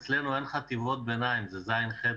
אצלנו אין חטיבות ביניים זה ז'-ח',